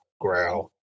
growl